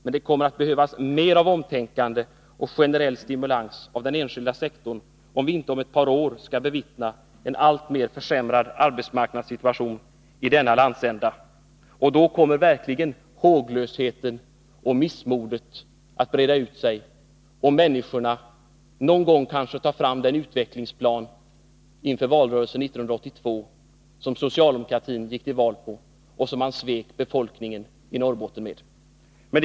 Men det kommer att behövas mer av omtänkande och generell stimulans av den enskilda sektorn, om vi inte om ett par år skall bevittna en alltmer försämrad arbetsmarknadssituation i denna landsända. Håglösheten och missmodet kommer då verkligen att breda ut sig, särskilt om människorna där tar fram den utvecklingsplan som socialdemokraterna gick till val på 1982 och som talade om att utvecklingen i Norrbotten skulle vända.